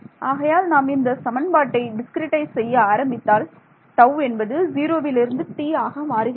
ஆகையால் நாம் இந்த சமன்பாட்டை டிஸ்கிரிட்டைஸ் செய்ய ஆரம்பித்தால் டவ் என்பது ஜீரோவிலிருந்து t ஆக மாறுகிறது